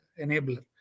enabler